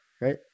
right